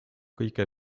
kõige